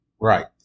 Right